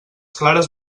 clares